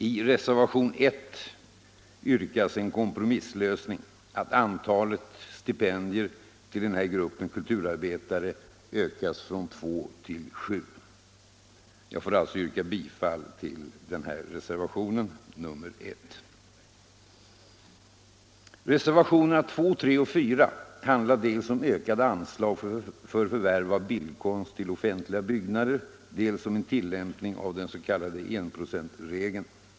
I reservationen 1 yrkas en kompromisslösning — att antalet stipendier till denna grupp kulturarbetare ökas från två till sju. Jag ber, herr talman, att få yrka bifall till denna reservation. Reservationerna 2, 3 och 4 handlar dels om ökade anslag för förvärv av bildkonst till offentliga byggnader, dels om en tillämpning av den s.k. enprocentsregeln.